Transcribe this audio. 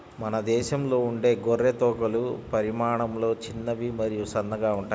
మన దేశంలో ఉండే గొర్రె తోకలు పరిమాణంలో చిన్నవి మరియు సన్నగా ఉంటాయి